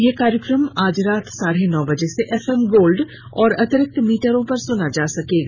यह कार्यक्रम आज रात साढ़े नौ बजे से एफएम गोल्ड और अतिरिक्त मीटरों पर सुना जा सकता है